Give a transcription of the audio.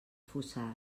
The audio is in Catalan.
fossars